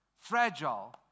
fragile